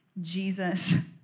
Jesus